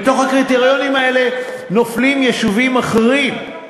ובתוך הקריטריונים האלה נופלים יישובים אחרים.